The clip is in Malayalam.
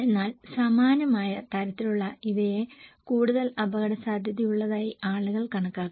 എന്നാൽ സമാനമായ തരത്തിലുള്ള ഇവയെ കൂടുതൽ അപകടസാധ്യതയുള്ളതായി ആളുകൾ കണക്കാക്കുന്നു